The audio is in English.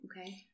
Okay